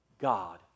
God